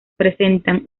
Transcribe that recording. presentan